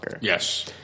Yes